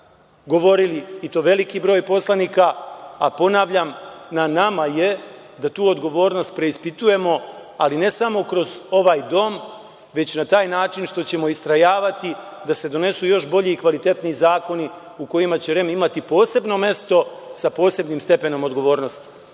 govorili i to veliki broj poslanika, a ponavljam na nama je da tu odgovornost preispitujemo, ali ne samo kroz ovaj dom, već na taj način što ćemo istrajavati da se donesu još bolji i kvalitetni zakoni u kojima će REM imati posebno mesto, sa posebnim stepenom odgovornosti. Još